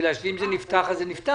בגלל שאם זה נפתח, אז זה נפתח.